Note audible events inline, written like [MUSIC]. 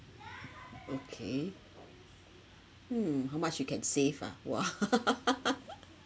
okay mm how much you can save ah !wah! [LAUGHS]